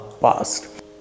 past